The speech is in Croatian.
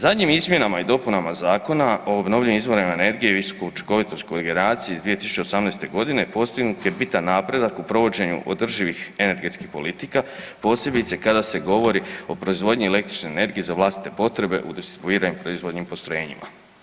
Zadnjim izmjenama i dopunama Zakona o obnovljivim izborima energije i visokoučinkovitost kogeneracije iz 2018. g. postignut je bitan napredak u provođenju održivih energetskih politika, posebice kada se govori o proizvodnji elektronične energije za vlastite potrebe u distribuiranim proizvodnim postrojenjima.